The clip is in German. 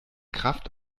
kraft